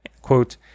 Quote